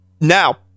Now